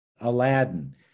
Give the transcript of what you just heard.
Aladdin